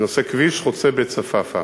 בנושא כביש חוצה בית-צפאפא,